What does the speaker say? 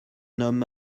homme